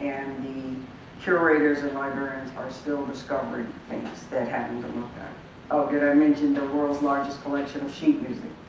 and the curators and librarians are still discovering things that haven't been looked at. oh, did i mention the world's largest collection of sheet music?